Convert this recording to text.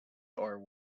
are